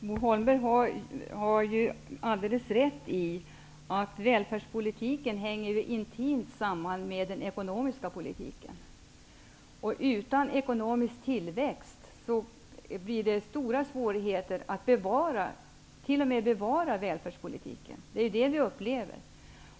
Herr talman! Bo Holmberg har alldeles rätt i att välfärdspolitiken intimt hänger samman med den ekonomiska politiken. Utan ekonomisk tillväxt får vi stora svårigheter att bevara välfärdspolitiken. Det är ju det vi upplever.